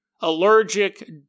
allergic